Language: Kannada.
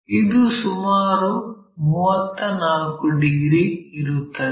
ಇದು ಸುಮಾರು 34 ಡಿಗ್ರಿ ಇರುತ್ತದೆ